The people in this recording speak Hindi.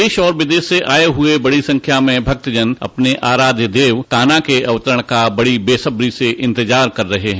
देश और विदेश से आये हुए बड़ी संख्या में भक्तजन अपने आराध्य देव कान्हा के अवतरण का बड़ी बेसब्री से इंतजार कर रहे हैं